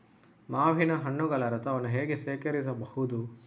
ಮಾವಿನ ಹಣ್ಣುಗಳ ರಸವನ್ನು ಹೇಗೆ ಶೇಖರಿಸಬಹುದು?